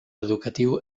educatiu